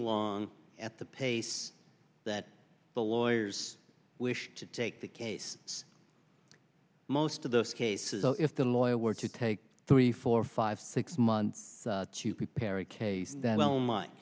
along at the pace that the lawyers wish to take the case most of those cases so if the lawyer were to take three four five six months to prepare a case that